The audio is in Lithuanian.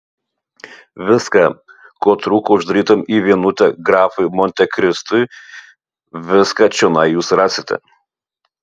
viską ko trūko uždarytam į vienutę grafui montekristui viską čionai jūs rasite